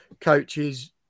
coaches